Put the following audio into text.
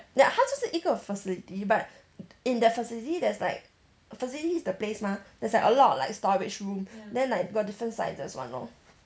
ya 他就是一个 facility but in that facility there's like facility is the place mah there's like a lot like storage room then like got different sizes [one] lor